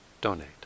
donate